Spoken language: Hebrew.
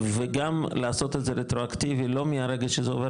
וגם לעשות את זה רטרואקטיבי לא מרגע שזה עובר